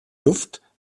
luft